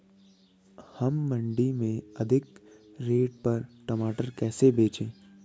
हम मंडी में अधिक रेट पर टमाटर कैसे बेचें?